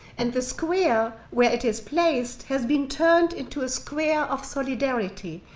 and the square where it is placed has been turned into a square of solidarity,